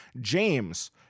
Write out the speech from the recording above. James